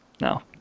no